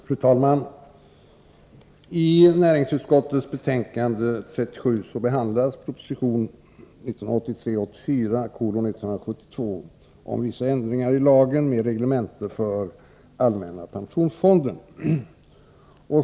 Fru talman! I näringsutskottets betänkande nr 37 behandlas proposition 1983/84:172 med förslag om vissa ändringar i lagen med reglemente för allmänna pensionsfonden.